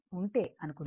ఉంటే అనుకుందాం